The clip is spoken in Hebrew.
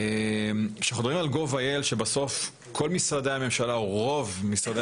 כשאנחנו מדברים על gov.il - בסוף רוב משרדי